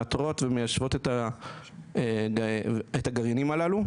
מאתרות ומיישבות את הגרעינים הללו,